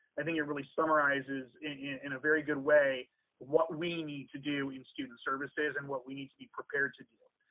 i think it really summarizes in in a very good way what we need to do in student services and what we need to be prepared to do.